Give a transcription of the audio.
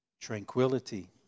tranquility